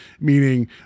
Meaning